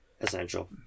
essential